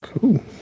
Cool